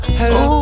hello